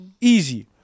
easy